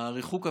הריחוק הפיזי,